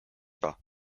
pas